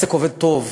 והעסק עובד טוב.